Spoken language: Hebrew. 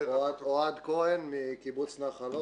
אוהד כהן מקיבוץ נחל עוז.